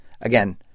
Again